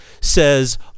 says